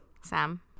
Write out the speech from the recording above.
Sam